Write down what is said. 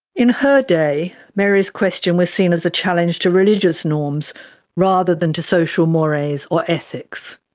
in her day, mary's question was seen as a challenge to religious norms rather than to social mores or ethics.